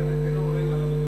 אדוני השר, אין עוררין על המגמה.